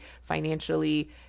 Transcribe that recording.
financially